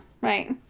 right